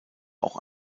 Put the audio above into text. auch